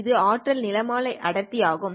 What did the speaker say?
இது ஆற்றல் நிறமாலை அடர்த்தி ஆகும்